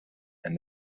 and